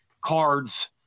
cards